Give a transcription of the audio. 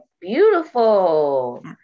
Beautiful